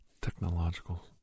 technological